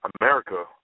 America